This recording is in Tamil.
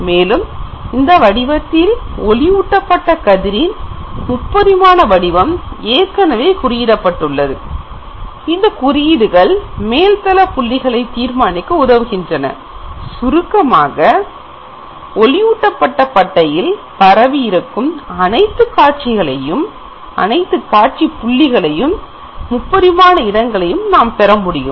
மேலும் இந்த வடிவத்தில் ஒளியூட்டப்பட்ட கதிரின் முப்பரிமான வடிவம் ஏற்கனவே குறிப்பிடப்பட்டுள்ளது அந்த குறியீடுகள் மேல்தள புள்ளிகளை தீர்மானிக்க உதவுகின்றன சுருக்கமாக ஒளியூட்டப்பட்ட பட்டையில் பரவி இருக்கும் அனைத்து காட்சி புள்ளிகளையும் முப்பரிமாண இடங்களையும் நாம் பெற முடியும்